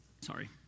Sorry